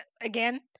again